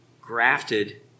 grafted